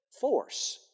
force